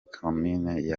komini